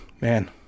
Man